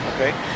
Okay